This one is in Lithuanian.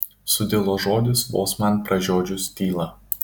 sudilo žodis vos man pražiodžius tylą